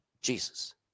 Jesus